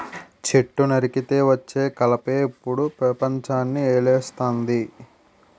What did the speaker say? చెట్టు నరికితే వచ్చే కలపే ఇప్పుడు పెపంచాన్ని ఏలేస్తంది